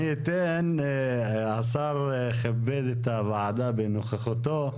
אני אתן, השר כיבד את הוועדה בנוכחותו.